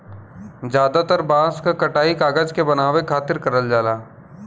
जादातर बांस क कटाई कागज के बनावे खातिर करल जाला